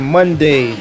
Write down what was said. Monday